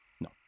No